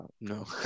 No